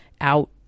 out